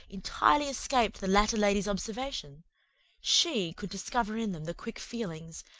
entirely escaped the latter lady's observation she could discover in them the quick feelings,